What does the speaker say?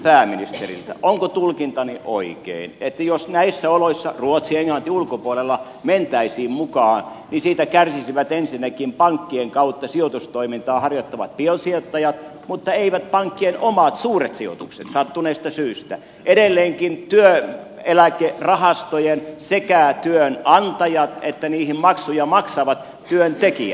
onko se tulkintani oikein että jos näissä oloissa ruotsi ja englanti ulkopuolella mentäisiin mukaan niin siitä kärsisivät ensinnäkin pankkien kautta sijoitustoimintaa harjoittavat biosijoittajat mutta eivät pankkien omat suuret sijoitukset sattuneesta syystä edelleenkin työeläkerahastojen sekä työnantajat että niihin maksuja maksavat työntekijät